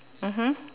mmhmm